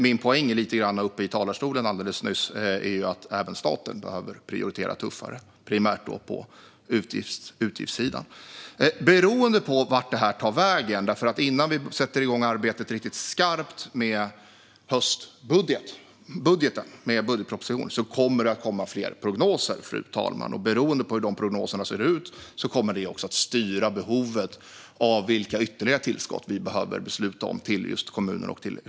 Min poäng i talarstolen alldeles nyss var att även staten behöver prioritera tuffare, primärt då på utgiftssidan. Innan vi sätter igång arbetet riktigt skarpt med höstbudgeten - budgetpropositionen - kommer det att komma fler prognoser. Och beroende på hur dessa prognoser ser ut kommer de att styra vilka ytterligare tillskott till just kommuner och regioner som vi behöver besluta om.